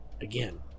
again